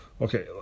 Okay